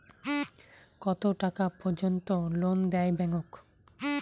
কত টাকা পর্যন্ত লোন দেয় ব্যাংক?